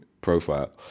profile